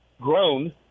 grown